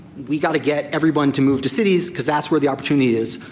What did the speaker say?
we got to get everyone to move to cities because that's where the opportunity is.